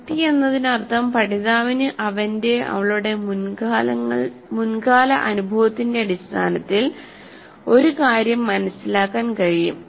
യുക്തി എന്നതിനർത്ഥം പഠിതാവിന് അവന്റെ അവളുടെ മുൻകാല അനുഭവത്തിന്റെ അടിസ്ഥാനത്തിൽ ഒരു കാര്യം മനസ്സിലാക്കാൻ കഴിയും